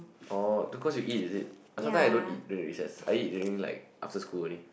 oh to cause you eat is it sometimes I don't eat during recess I eat during like after school only